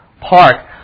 Park